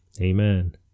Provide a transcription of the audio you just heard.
Amen